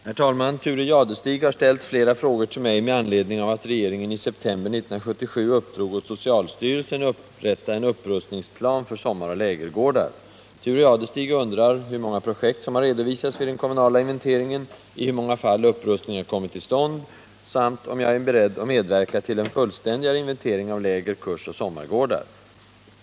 Herr talman! Thure Jadestig har ställt flera frågor till mig med anledning av att regeringen i september 1977 uppdrog åt socialstyrelsen att upprätta en upprustningsplan för sommaroch lägergårdar. Thure Jadestig undrar hur många projekt som har redovisats vid den kommunala inventeringen, i hur många fall upprustning har kommit till stånd samt om jag är beredd att medverka till en fullständigare inventering av läger-, kursoch sommargårdar.